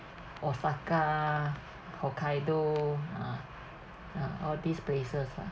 osaka hokkaido ah ah all these places ah